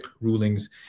rulings